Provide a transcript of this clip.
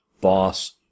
Boss